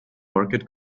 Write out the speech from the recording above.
market